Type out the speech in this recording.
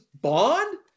bond